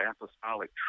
apostolic